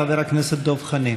חבר הכנסת דב חנין.